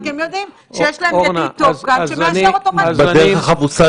מה אתה עושה